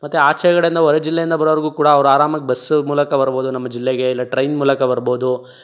ಮತ್ತೆ ಆಚೆ ಕಡೆಯಿಂದ ಹೊರ ಜಿಲ್ಲೆಯಿಂದ ಬರೋರಿಗೂ ಕೂಡ ಅವರು ಆರಾಮಾಗಿ ಬಸ್ ಮೂಲಕ ಬರಬಹುದು ನಮ್ಮ ಜಿಲ್ಲೆಗೆ ಇಲ್ಲ ಟ್ರೈನ್ ಮೂಲಕ ಬರಬಹುದು